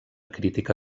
crítica